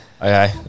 Okay